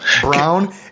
Brown